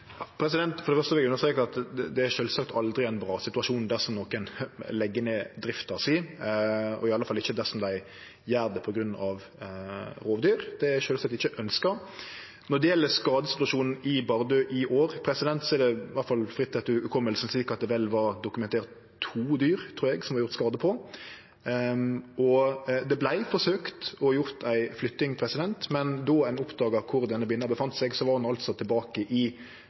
For det første vil eg understreke at det sjølvsagt aldri er ein bra situasjon dersom nokon legg ned drifta si, og i alle fall ikkje dersom dei gjer det på grunn av rovdyr. Det er sjølvsagt ikkje eit ønske. Når det gjeld skadesituasjonen i Bardu i år, er det, i alle fall fritt etter hukommelsen, slik at det var dokumentert to dyr, trur eg, som det var gjort skade på. Det vart forsøkt å gjere ei flytting, men då ein oppdaga kvar denne binna oppheldt seg, var ho altså tilbake i